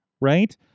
right